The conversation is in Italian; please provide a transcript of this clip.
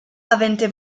avente